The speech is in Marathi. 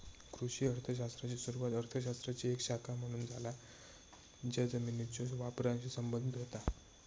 कृषी अर्थ शास्त्राची सुरुवात अर्थ शास्त्राची एक शाखा म्हणून झाला ज्या जमिनीच्यो वापराशी संबंधित होता